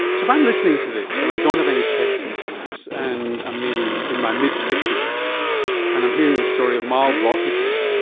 so if i'm listening to this and i don't have any chest symptoms and i ah may be in my mid fifty s and i'm hearing the story of mild blockages,